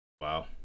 Wow